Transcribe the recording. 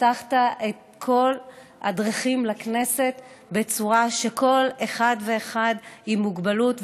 ופתחת את כל הדרכים לכנסת בצורה שכל אחד ואחד עם מוגבלות,